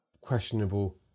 questionable